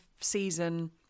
season